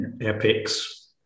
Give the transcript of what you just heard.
epics